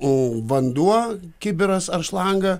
o vanduo kibiras ar šlanga